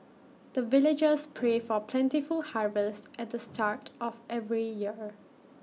the villagers pray for plentiful harvest at the start of every year